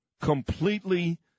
Completely